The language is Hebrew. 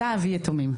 אתה אבי יתומים.